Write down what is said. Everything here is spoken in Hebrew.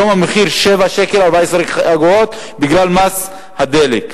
היום המחיר 7 שקלים ו-14 אגורות בגלל מס הדלק.